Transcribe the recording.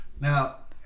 Now